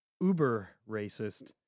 uber-racist